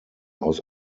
aus